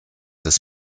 des